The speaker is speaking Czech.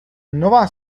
nová